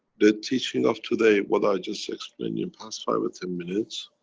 the teaching of today, what i just explained in past five or ten minutes,